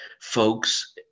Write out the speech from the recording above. folks